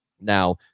Now